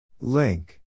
Link